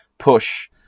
Push